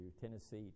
Tennessee